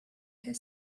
her